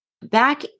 back